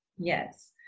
Yes